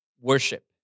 worship